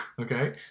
Okay